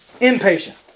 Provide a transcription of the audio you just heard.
impatient